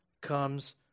comes